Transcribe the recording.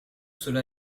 cela